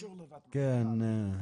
כן,